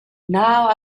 now